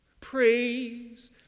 Praise